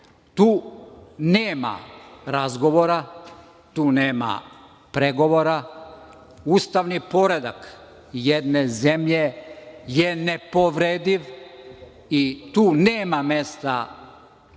Tu nema razgovora, tu nema pregovora, ustavni poredak jedne zemlje je nepovrediv i tu nema mesta bilo